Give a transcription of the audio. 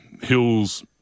hills